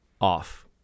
Off